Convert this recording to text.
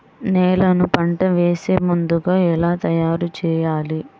నేలను పంట వేసే ముందుగా ఎలా తయారుచేయాలి?